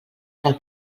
del